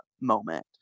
moment